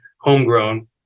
homegrown